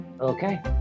okay